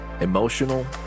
emotional